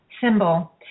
symbol